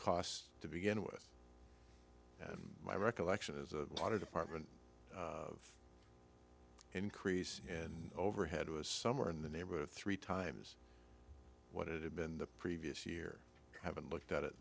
cost to begin with and my recollection is a lot of department of increase in overhead was somewhere in the neighborhood of three times what it had been the previous year i haven't looked at it